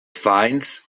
finds